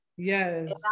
yes